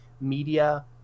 media